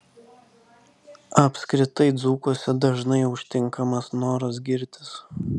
apskritai dzūkuose dažnai užtinkamas noras girtis